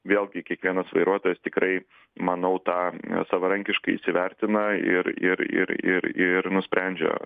vėlgi kiekvienas vairuotojas tikrai manau tą savarankiškai įsivertina ir ir ir ir ir nusprendžia